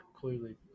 clearly